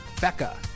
Becca